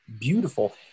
beautiful